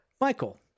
Michael